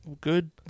good